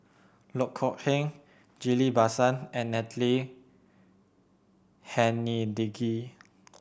Loh Kok Heng Ghillie Basan and Natalie Hennedige